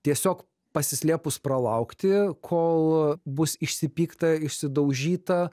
tiesiog pasislėpus pralaukti kol bus išsipykta išsidaužyta